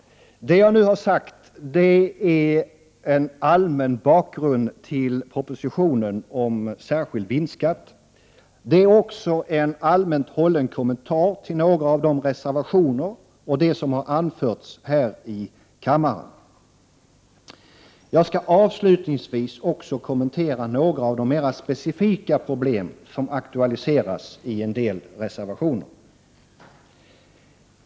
Det jag nu har sagt är en allmän bakgrund till propositionen om särskild vinstskatt. Det är också en allmänt hållen kommentar till några av reservationerna i skatteutskottets betänkande och till det som har anförts här i kammaren. Jag skall avslutningsvis kommentera några av de mera specifika problem som aktualiseras i en del reservationer.